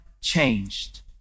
changed